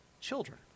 children